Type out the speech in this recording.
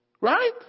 right